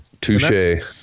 Touche